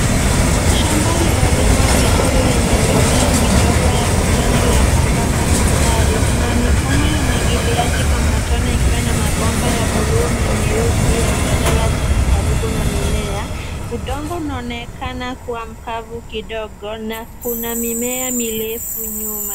Shamba lililolimwa vizuri lenye mimea midogo ya kijani iliyopandwa kwa mistari. Kuna mifumo ya umwagiliaji wa matone ikiwa na mabomba ya buluu na meusi yaliyolala chini karibu na mimea. Udongo unaonekana kuwa mkavu kidogo, na kuna mimea mirefu nyuma.